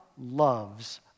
loves